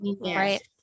Right